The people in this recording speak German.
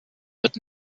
wird